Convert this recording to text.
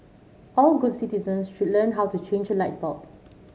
all good citizens should learn how to change a light bulb